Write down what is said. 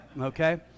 okay